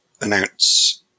announce